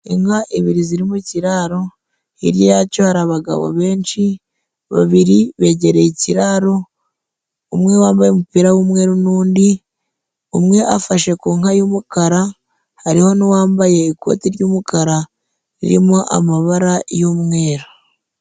Inka ebyiri ziri mu kiraro hirya yacyo hari abagabo benshi, babiri begereye ikiraro, umwe wambaye umupira w'umweru n'undi, umwe afashe ku nka y'umukara hariho n'uwambaye ikoti ry'umukara ririmo amabara y'umweru.